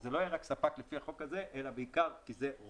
שזה לא יהיה רק ספק לפי החוק הזה אלא בעיקר כי זה רוב